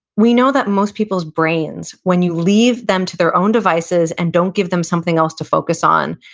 we know that most people's brains, when you leave them to their own devices and don't give them something else to focus on,